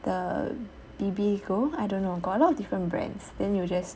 the bibigo I don't know got a lot of different brands then you just